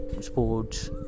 Sports